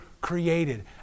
created